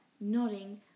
nodding